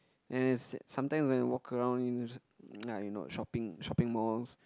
and is sometimes when I walk around in uh you know shopping shopping malls